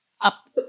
up